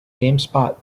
gamespot